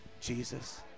Jesus